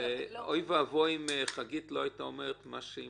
אוי ואבוי אם חגית לא היתה אומרת מה שהיא